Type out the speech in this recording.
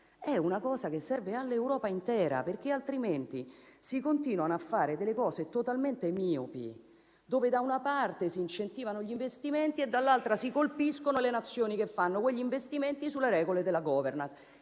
all'Italia, ma all'Europa intera. Altrimenti si continuano a fare delle cose totalmente miopi; da una parte, si incentivano gli investimenti e, dall'altra, si colpiscono le Nazioni che fanno quegli investimenti sulle regole della *governance*.